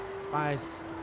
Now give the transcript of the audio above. spice